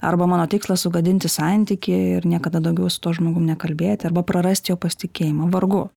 arba mano tikslas sugadinti santykį ir niekada daugiau su tuo žmogum nekalbėti arba prarasti jo pasitikėjimą vargu